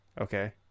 okay